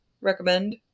recommend